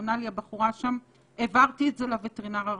עונה לי הבחורה שם: העברתי את זה לווטרינר הרשותי.